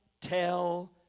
tell